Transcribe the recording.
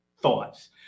thoughts